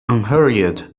unhurried